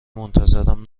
منتظرم